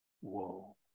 Whoa